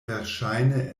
verŝajne